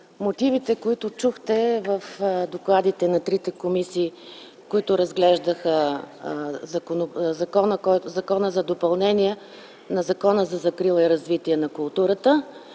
мотивите, които чухте в докладите на трите комисии, които разглеждаха Законопроекта за изменение и допълнение на Закона за закрила и развитие на културата.